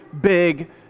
big